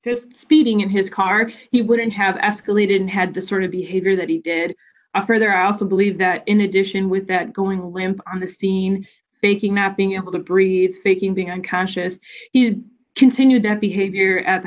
this speeding in his car he wouldn't have escalated and had the sort of behavior that he did further out to believe that in addition with that going limp on the scene taking not being able to breathe faking being unconscious is continued that behavior at the